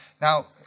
now